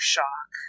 Shock